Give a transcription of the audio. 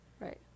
Right